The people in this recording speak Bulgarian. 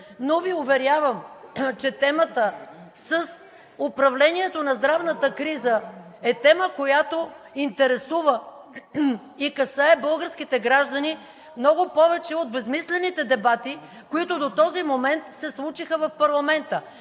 Но Ви уверявам, че темата с управлението на здравната криза е тема, която интересува и касае българските граждани много повече от безсмислените дебати, които до този момент се случиха в парламента.